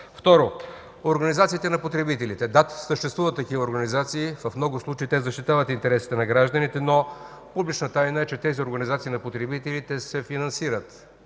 Второ, организациите на потребителите – да, съществуват такива организации, в много случаи те защитават интересите на гражданите, но публична тайна е, че тези организации на потребителите се финансират